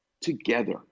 together